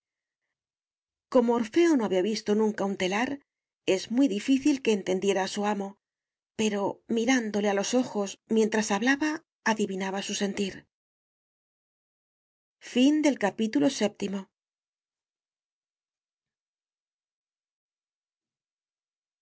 como orfeo no había visto nunca un telar es muy difícil que entendiera a su amo pero mirándole a los ojos mientras hablaba adivinaba su sentir